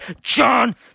John